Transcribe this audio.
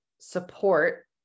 support